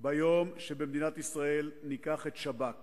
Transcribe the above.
כי ביום שבמדינת ישראל ניקח את השב"כ